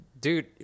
Dude